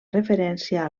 referència